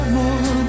more